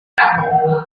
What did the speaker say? saya